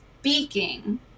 speaking